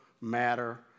matter